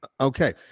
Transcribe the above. Okay